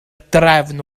drefn